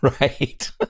Right